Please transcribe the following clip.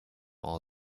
all